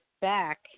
back